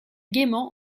gaiement